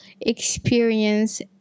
experience